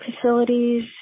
facilities